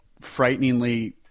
frighteningly